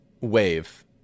wave